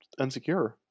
unsecure